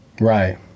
right